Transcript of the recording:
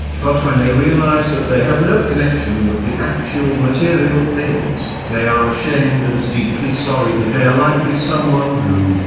but when they realize that they have no connection with the actual material things, they are ashamed and deeply sorry that they are like be someone who,